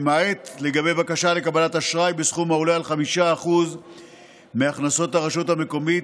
למעט לגבי בקשה לקבלת אשראי בסכום העולה על 5% מהכנסות הרשות המקומית